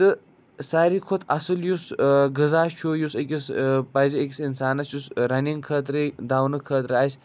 تہٕ سارِوٕے کھۄتہٕ اَصٕل یُس غذا چھُ یُس أکِس پَزِ أکِس اِنسانَس یُس رَنِنٛگ خٲطرٕ دَونہٕ خٲطرٕ آسہِ